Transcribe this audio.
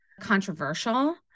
controversial